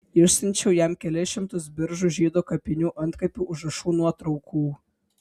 išsiunčiau jam kelis šimtus biržų žydų kapinių antkapių užrašų nuotraukų